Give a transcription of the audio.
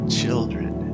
children